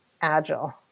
Agile